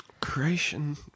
Creation